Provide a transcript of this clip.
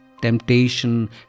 Temptation